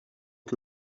que